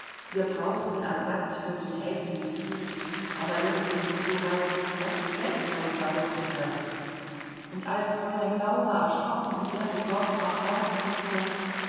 wir brauchten ersatz für die häslis gut aber jetzt ist es so weit daß sie selbst schon verrückt wird und als fräulein laura erschrocken und sehr besorgt nach worten suchte